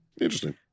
interesting